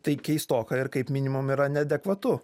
tai keistoka ir kaip minimum yra neadekvatu